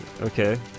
Okay